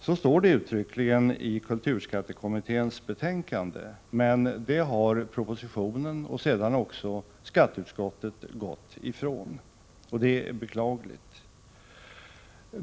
Så står det uttryckligen i kulturskattekommitténs betänkande, men det har propositionen och sedan också skatteutskottet gått ifrån. Det är beklagligt.